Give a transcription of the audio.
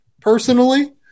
Personally